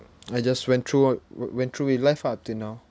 I just went through w~ went through with life lah till now